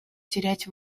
терять